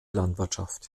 landwirtschaft